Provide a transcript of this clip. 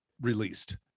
released